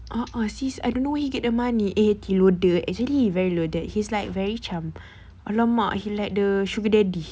uh uh sis I don't know where he get the money eh he loaded actually he very loaded he's like very macam !alamak! he like the sugar daddy